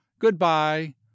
Goodbye